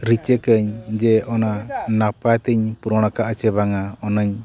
ᱨᱤᱪᱮᱠᱟᱧ ᱡᱮ ᱚᱱᱟ ᱱᱟᱯᱟᱭ ᱛᱮᱧ ᱯᱩᱨᱚᱱ ᱠᱟᱜᱼᱟ ᱪᱮ ᱵᱟᱝᱟ ᱚᱱᱟᱧ